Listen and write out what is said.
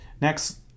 Next